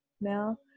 now